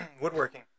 Woodworking